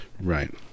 right